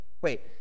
Wait